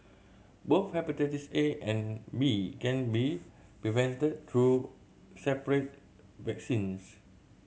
both hepatitis A and B can be prevented through separate vaccines